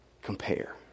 compare